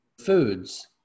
Foods